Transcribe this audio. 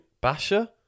Basher